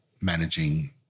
managing